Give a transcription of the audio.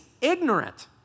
ignorant